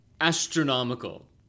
astronomical